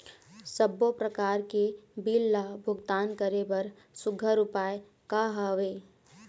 सबों प्रकार के बिल ला भुगतान करे बर सुघ्घर उपाय का हा वे?